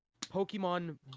Pokemon